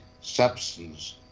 substance